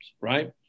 right